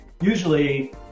usually